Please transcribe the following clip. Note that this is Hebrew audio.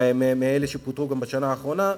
מאלה שפוטרו גם בשנה האחרונה,